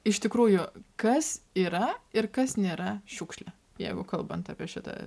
iš tikrųjų kas yra ir kas nėra šiukšlė jeigu kalbant apie šitą